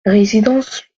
résidence